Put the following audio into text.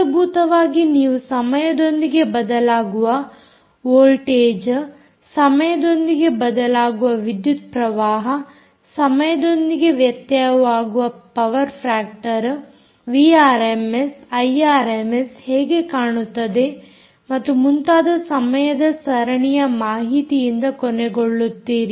ಮೂಲಭೂತವಾಗಿ ನೀವು ಸಮಯದೊಂದಿಗೆ ಬದಲಾಗುವ ವೋಲ್ಟೇಜ್ ಸಮಯದೊಂದಿಗೆ ಬದಲಾಗುವ ವಿದ್ಯುತ್ ಪ್ರವಾಹ ಸಮಯದೊಂದಿಗೆ ವ್ಯತ್ಯಯವಾಗುವ power factor V RMS I RMS ಹೇಗೆ ಕಾಣುತ್ತದೆ ಮತ್ತು ಮುಂತಾದ ಸಮಯದ ಸರಣಿಯ ಮಾಹಿತಿಯಿಂದ ಕೊನೆಗೊಳ್ಳುತ್ತೀರಿ